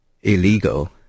illegal